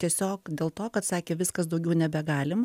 tiesiog dėl to kad sakė viskas daugiau nebegalim